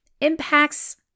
impacts